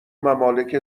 ممالک